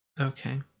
Okay